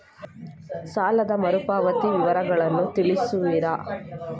ಸಾಲದ ಮರುಪಾವತಿ ವಿವರಗಳನ್ನು ತಿಳಿಸುವಿರಾ?